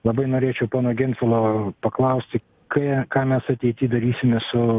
labai norėčiau pono gentvilo paklausti ką ką mes ateity darysime su